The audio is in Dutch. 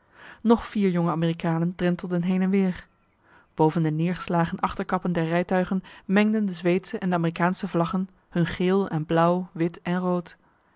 nog vier jonge amerikanen drentelden heen en weer boven de neergeslagen achterkappen der rijtuigen mengden de zweedsche en de amerikaansche vlaggen hun geel en blauw wit en rood